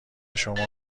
شما